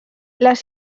les